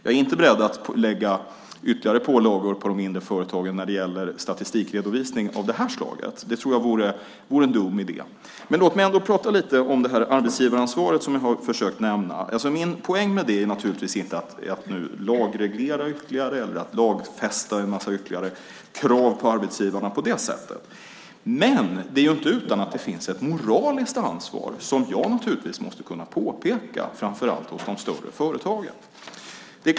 Jag är inte beredd att lägga ytterligare pålagor på de mindre företagen när det gäller statistikredovisning av det här slaget. Det tror jag vore en dum idé. Låt mig säga något om det här arbetsgivaransvaret som jag har försökt nämna. Min poäng med det är inte att lagreglera ytterligare eller att lagfästa en massa ytterligare krav på arbetsgivarna på det sättet, men det är inte utan att det finns ett moraliskt ansvar, som jag måste kunna påpeka, framför allt hos de större företagen.